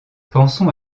pensons